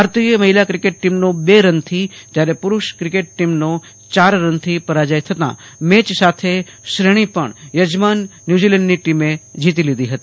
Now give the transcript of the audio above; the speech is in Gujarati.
ભારતીય મહિલા ક્રિકેટ ટીમનો બે રનથો જયારે પુરૂષ ક્રિકેટ ટોમનો ચાર રનથી પરાજય થતાં મેચ સા થે શ્રેણી પણ યજમાન ન્યુઝીલેન્ડની ટીમે જીતી લીધી હતી